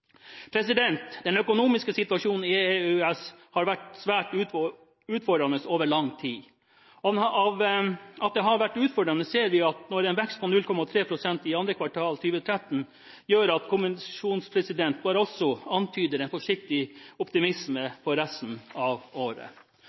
Den økonomiske situasjonen i EU/EØS har vært svært utfordrende over lang tid. At det har vært utfordrende, ser vi når en vekst på 0,3 pst. i 2. kvartal 2013 gjør at kommisjonspresident Barroso antyder en forsiktig optimisme for resten av året.